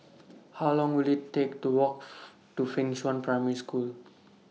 How Long Will IT Take to Walk to Fengshan Primary School